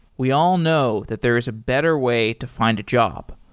we all know that there is a better way to find a job.